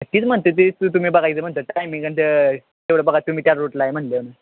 तिथं म्हणत आहेत ते तुम्ही बघायचं म्हणतो टाईमिंग आणि तेवढं बघा तुम्ही त्या रूटला आहे म्हणल्यानं